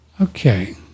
Okay